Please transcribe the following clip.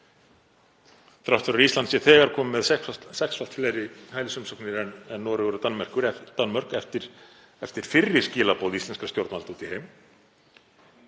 þrátt fyrir að Ísland sé þegar komið með sexfalt fleiri hælisumsóknir en Noregur og Danmörk eftir fyrri skilaboð íslenskra stjórnvalda út í heim,